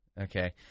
okay